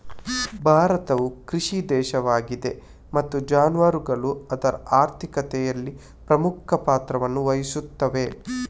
ಭಾರತವು ಕೃಷಿ ದೇಶವಾಗಿದೆ ಮತ್ತು ಜಾನುವಾರುಗಳು ಅದರ ಆರ್ಥಿಕತೆಯಲ್ಲಿ ಪ್ರಮುಖ ಪಾತ್ರವನ್ನು ವಹಿಸುತ್ತವೆ